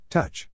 Touch